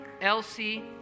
Elsie